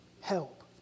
Help